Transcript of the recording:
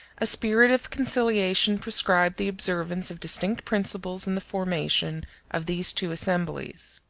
a spirit of conciliation prescribed the observance of distinct principles in the formation of these two assemblies.